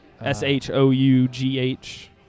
s-h-o-u-g-h